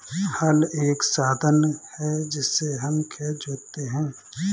हल एक साधन है जिससे हम खेत जोतते है